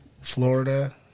Florida